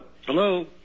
Hello